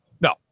No